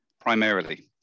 primarily